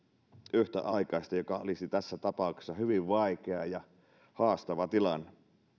yhtäaikaisesti mikä olisi tässä tapauksessa hyvin vaikea ja haastava tilanne